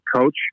coach